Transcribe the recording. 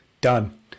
Done